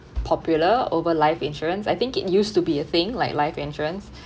popular over life insurance I think it used to be a thing like life insurance